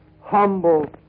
humble